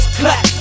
clap